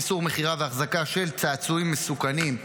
איסור מכירה והחזקה של צעצועים מסוכנים),